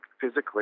physically